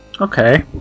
okay